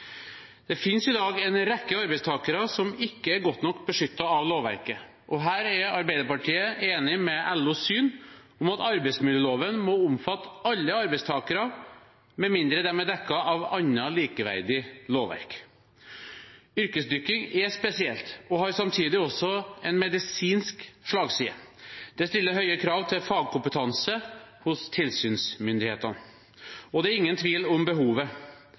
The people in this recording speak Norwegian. Det finnes i dag en rekke arbeidstakere som ikke er godt nok beskyttet av lovverket. Her er Arbeiderpartiet enig i LOs syn, at arbeidsmiljøloven må omfatte alle arbeidstakere med mindre de er dekket av annet, likeverdig lovverk. Yrkesdykking er spesielt og har samtidig en medisinsk slagside. Det stiller store krav til fagkompetanse hos tilsynsmyndighetene, og det er ingen tvil om behovet.